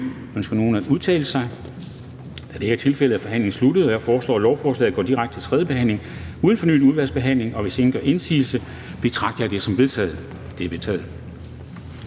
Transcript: Ønsker nogen at udtale sig? Da det ikke er tilfældet, er forhandlingen sluttet. Jeg foreslår, at lovforslaget går direkte til tredje behandling uden fornyet udvalgsbehandling. Hvis ingen gør indsigelse, betragter jeg det som vedtaget. Det er vedtaget.